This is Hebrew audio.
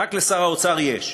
רק לשר האוצר יש.